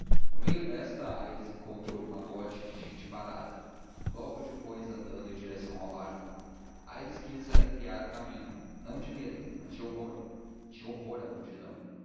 no meio desta aires encontrou um magote de gente parada logo depois andando em direção ao largo aires quis arrepiar caminho não de medo mas de horror tinha horror à multidão